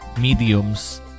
mediums